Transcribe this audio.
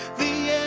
the